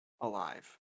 alive